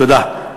תודה.